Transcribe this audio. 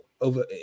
over